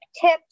tips